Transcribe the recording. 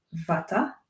vata